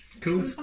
Cool